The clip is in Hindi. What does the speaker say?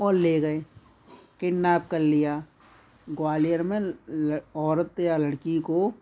और ले गए किडनैप कर लिया ग्वालियर में औरत या लड़की को